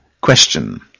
Question